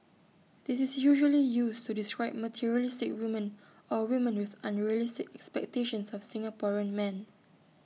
this is usually used to describe materialistic women or women with unrealistic expectations of Singaporean men